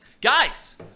guys